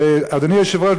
אדוני היושב-ראש,